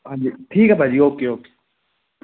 ਹਾਂਜੀ ਠੀਕ ਆ ਭਾਅ ਜੀ ਓਕੇ ਓਕੇ